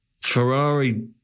Ferrari